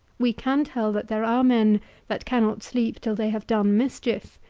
we can tell that there are men that cannot sleep till they have done mischief,